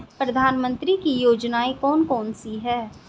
प्रधानमंत्री की योजनाएं कौन कौन सी हैं?